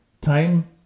time